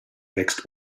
wächst